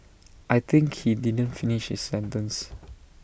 I think he didn't finish his sentence